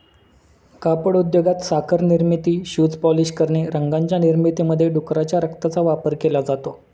कापड उद्योगात, साखर निर्मिती, शूज पॉलिश करणे, रंगांच्या निर्मितीमध्ये डुकराच्या रक्ताचा वापर केला जातो